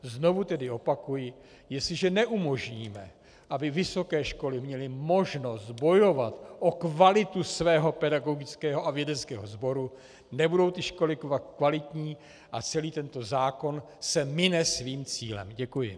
Znovu tedy opakuji, jestliže neumožníme, aby vysoké školy měly možnost bojovat o kvalitu svého pedagogického a vědeckého sboru, nebudou ty školy kvalitní a celý tento zákon se mine svým cílem Děkuji.